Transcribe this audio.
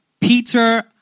Peter